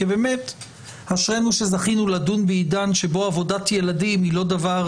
כי באמת אשרינו שזכינו לדון בעידן שבו עבודת ילדים היא לא דבר